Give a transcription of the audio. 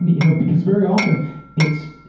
you know, because very often it's,